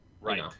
Right